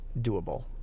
doable